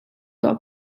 tuah